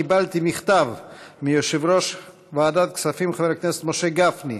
קיבלתי מכתב מיושב-ראש ועדת הכספים חבר הכנסת משה גפני.